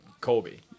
Colby